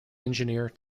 engineer